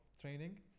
training